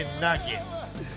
nuggets